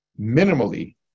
minimally